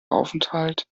aufenthalt